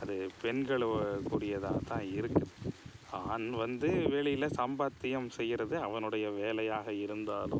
அது பெண்களோவோ கூடியதாக தான் இருக்குது ஆண் வந்து வேலையில் சம்பாத்தியம் செய்யுறது அவனோடய வேலையாக இருந்தாலும்